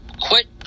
quit